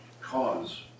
cause